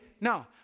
No